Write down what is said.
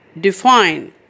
define